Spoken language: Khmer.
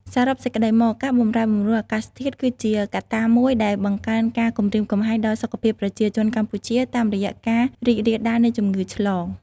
សរុបសេចក្តីមក ការបម្រែបម្រួលអាកាសធាតុគឺជាកត្តាមួយដែលបង្កើនការគំរាមកំហែងដល់សុខភាពប្រជាជនកម្ពុជាតាមរយៈការរីករាលដាលនៃជំងឺឆ្លង។